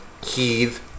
Keith